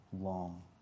Long